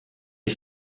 est